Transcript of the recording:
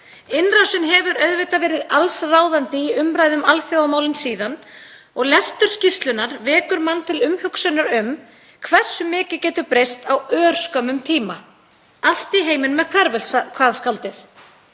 Innrásin hefur auðvitað verið allsráðandi í umræðu um alþjóðamálin síðan og lestur skýrslunnar vekur mann til umhugsunar um hversu mikið getur breyst á örskömmum tíma. Allt er í heiminum hverfult, kvað skáldið.